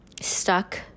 stuck